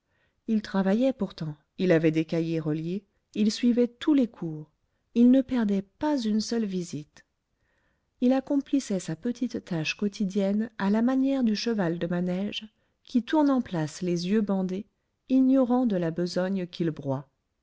il travaillait pourtant il avait des cahiers reliés il suivait tous les cours il ne perdait pas une seule visite il accomplissait sa petite tâche quotidienne à la manière du cheval de manège qui tourne en place les yeux bandés ignorant de la besogne qu'il broie